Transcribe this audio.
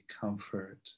comfort